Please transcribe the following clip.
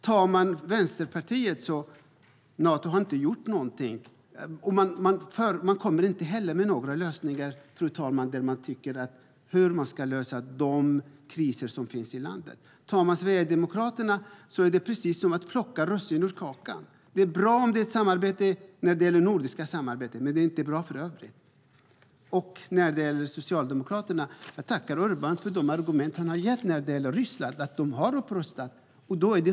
Enligt Vänsterpartiet har Nato inte gjort någonting, men man kommer inte med några lösningar för hur vi ska lösa de kriser som finns i länderna. Sverigedemokraterna plockar russinen ur kakan. Det är bra med ett nordiskt samarbete men inte i övrigt. Vad gäller Socialdemokraterna tackar jag Urban för de argument han gett beträffande Ryssland, att de har upprustat.